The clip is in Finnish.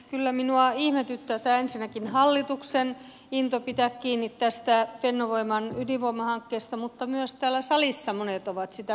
kyllä minua ihmetyttää ensinnäkin hallituksen into pitää kiinni tästä fennovoiman ydinvoimahankkeesta mutta myös täällä salissa monet ovat sitä kovasti puolustaneet